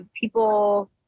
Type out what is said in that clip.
people